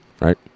right